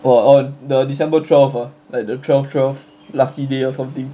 !wah! on the december twelve ah like the twelve twelve lucky day or something